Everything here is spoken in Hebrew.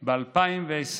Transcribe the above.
ב-2020,